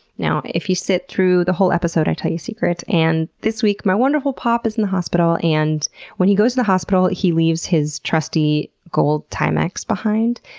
now, if you sit through the whole episode, i tell you a secret. and this week, my wonderful pop is in the hospital, and when he goes to the hospital he leaves his trusty gold timex behind,